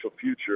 future